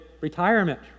retirement